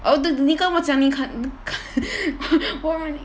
你跟我讲看 我问你